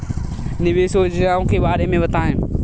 निवेश योजनाओं के बारे में बताएँ?